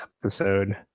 episode